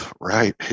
Right